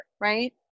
right